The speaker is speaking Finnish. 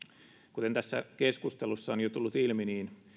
kuten tässä keskustelussa on jo tullut ilmi